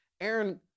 Aaron